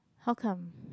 how come